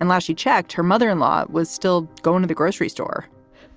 and last he checked, her mother in law was still going to the grocery store